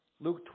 Luke